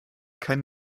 kein